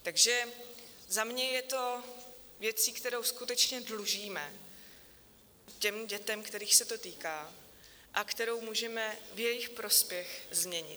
Takže za mě je to věcí, kterou skutečně dlužíme těm dětem, kterých se to týká a kterou můžeme v jejich prospěch změnit.